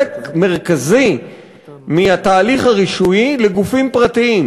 מרכזי מהתהליך הרישויי לגופים פרטיים.